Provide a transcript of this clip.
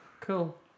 Cool